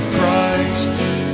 Christ